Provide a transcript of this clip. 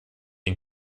den